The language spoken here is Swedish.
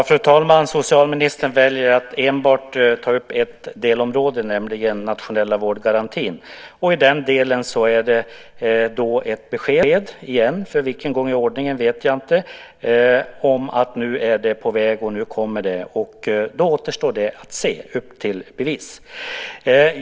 Fru talman! Socialministern väljer att ta upp enbart ett delområde, nämligen den nationella vårdgarantin. I den delen är beskedet återigen - för vilken gång i ordningen vet jag inte - att det hela nu är på väg, att nu kommer det. Det återstår att se. Upp till bevis!